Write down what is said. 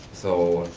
so,